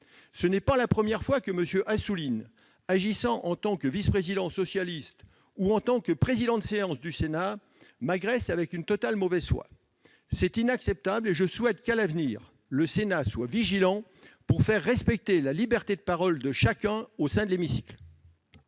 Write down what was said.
Ce n'est pas la première fois que M. Assouline, agissant en tant que vice-président socialiste ou en tant que président de séance du Sénat, m'agresse avec une totale mauvaise foi. C'est inacceptable et je souhaite que, à l'avenir, le Sénat veille à faire respecter la liberté de parole de chacun dans l'hémicycle